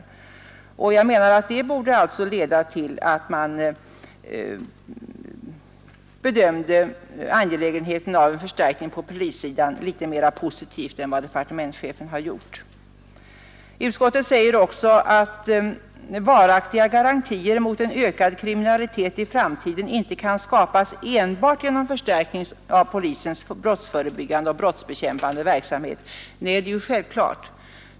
Det borde enligt min mening leda till att man bedömde angelägenheten av en förstärkning på polissidan litet mer positivt än vad departementschefen har gjort. Utskottet säger också att varaktiga garantier mot en ökad kriminalitet i framtiden inte kan skapas enbart genom förstärkning av polisens brottsförebyggande och brottsbekämpande verksamhet. Nej, det är självklart.